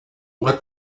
let